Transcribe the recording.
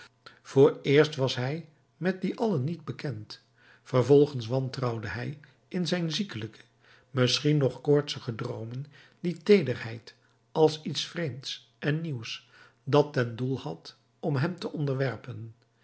vooreerst was hij met die alle niet bekend vervolgens wantrouwde hij in zijn ziekelijke misschien nog koortsige droomen die teederheid als iets vreemds en nieuws dat ten doel had om hem te onderwerpen